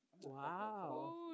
wow